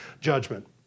judgment